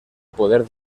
poder